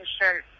shirt